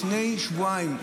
לפני שבועיים,